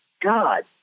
God